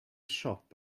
siop